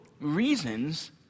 reasons